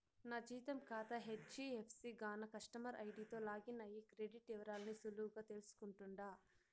నా జీతం కాతా హెజ్డీఎఫ్సీ గాన కస్టమర్ ఐడీతో లాగిన్ అయ్యి క్రెడిట్ ఇవరాల్ని సులువుగా తెల్సుకుంటుండా